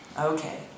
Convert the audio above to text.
Okay